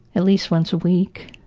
at least once a week.